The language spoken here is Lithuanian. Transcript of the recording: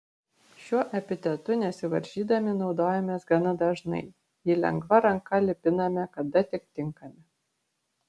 šiuo epitetu nesivaržydami naudojamės gana dažnai jį lengva ranka lipiname kada tik tinkami